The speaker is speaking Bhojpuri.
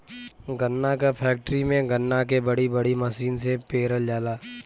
गन्ना क फैक्ट्री में गन्ना के बड़ी बड़ी मसीन से पेरल जाला